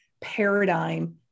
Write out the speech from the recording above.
paradigm